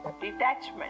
detachment